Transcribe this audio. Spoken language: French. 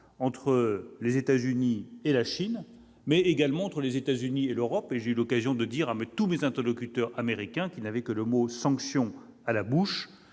entre les États-Unis et la Chine, mais également entre les États-Unis et l'Europe. J'ai eu l'occasion de dire à mes interlocuteurs américains, qui n'avaient que ce mot à la bouche,